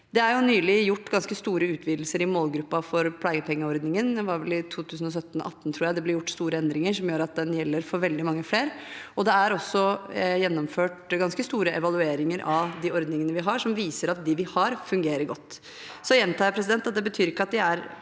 Det er nylig gjort ganske store utvidelser i målgruppen for pleiepengeordningen. Det var vel i 2017–2018, tror jeg, at det ble gjort store endringer, noe som gjør at den gjelder for veldig mange flere. Det er også gjennomført ganske store evalueringer av de ordningene vi har, som viser at de ordningene vi har, fungerer godt. Jeg gjentar at det ikke betyr at de er